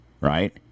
Right